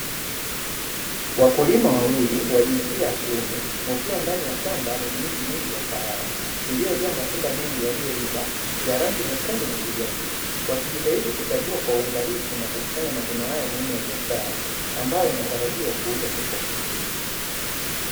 Wakulima wawili wa jinsia ya kiume wakiwa ndani ya shamba lenye miti mingi ya kahawa, iliyojaa matunda mengi yaliyoiva ya rangi nyekundu na kijani. Wakijitahidi kuchagua kwa uangalifu na kukusanya mavuno haya muhimu ya biashara ambayo yanatarajiwa kuuzwa sokoni.